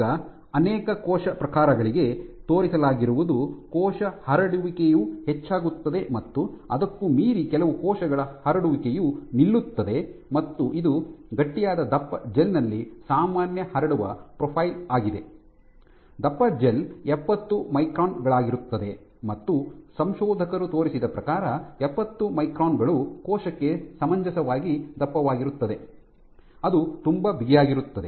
ಈಗ ಅನೇಕ ಕೋಶ ಪ್ರಕಾರಗಳಿಗೆ ತೋರಿಸಲಾಗಿರುವುದು ಕೋಶ ಹರಡುವಿಕೆಯು ಹೆಚ್ಚಾಗುತ್ತದೆ ಮತ್ತು ಅದಕ್ಕೂ ಮೀರಿ ಕೆಲವು ಕೋಶಗಳ ಹರಡುವಿಕೆಯು ನಿಲ್ಲುತ್ತದೆ ಮತ್ತು ಇದು ಗಟ್ಟಿಯಾದ ದಪ್ಪ ಜೆಲ್ ನಲ್ಲಿ ಸಾಮಾನ್ಯ ಹರಡುವ ಪ್ರೊಫೈಲ್ ಆಗಿದೆ ದಪ್ಪ ಜೆಲ್ ಎಪ್ಪತ್ತು ಮೈಕ್ರಾನ್ ಗಳಾಗಿರುತ್ತದೆ ಮತ್ತು ಸಂಶೋಧಕರು ತೋರಿಸಿದ ಪ್ರಕಾರ ಎಪ್ಪತ್ತು ಮೈಕ್ರಾನ್ ಗಳು ಕೋಶಕ್ಕೆ ಸಮಂಜಸವಾಗಿ ದಪ್ಪವಾಗಿರುತ್ತದೆ ಅದು ತುಂಬಾ ಬಿಗಿಯಾಗಿರುತ್ತದೆ